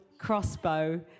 crossbow